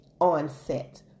onset